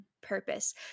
purpose